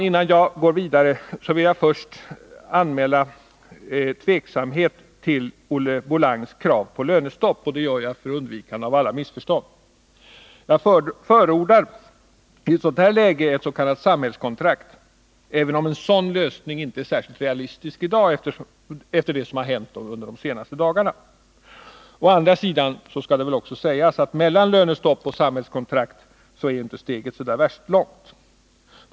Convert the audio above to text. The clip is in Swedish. Innan jag går vidare vill jag först anmäla tveksamhet inför Olle Bolangs krav på lönestopp, och det gör jag för undvikande av alla missförstånd. Jag förordar ett s.k. samhällskontrakt, även om en sådan lösning inte är särskilt realistisk just nu efter det som hänt de senaste dagarna. Å andra sidan — skall det väl också sägas — är steget mellan lönestopp och samhällskontrakt inte så värst långt.